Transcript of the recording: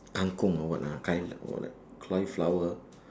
kang kong or what ah kail~ or like cauliflower